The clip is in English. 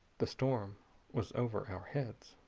the storm was over our heads.